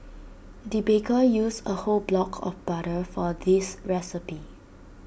the baker used A whole block of butter for this recipe